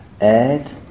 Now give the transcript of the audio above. Add